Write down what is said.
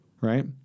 right